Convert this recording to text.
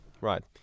Right